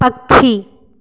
पक्षी